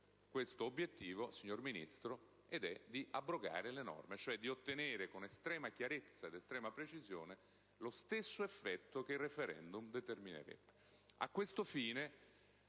l'obiettivo, signor Ministro: quello di abrogare le norme, ovvero di ottenere con estrema chiarezza e precisione lo stesso effetto che il *referendum* determinerebbe.